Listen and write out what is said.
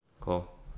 cool